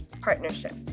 partnership